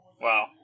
Wow